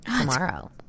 tomorrow